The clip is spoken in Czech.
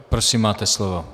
Prosím, máte slovo.